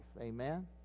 Amen